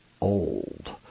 old